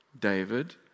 David